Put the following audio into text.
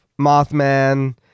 Mothman